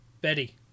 Betty